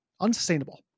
unsustainable